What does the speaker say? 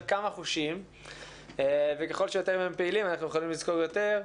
של כמה חושים וככל שיותר מהם פעילים אנחנו יכולים לזכור יותר.